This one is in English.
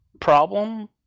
problem